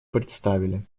представили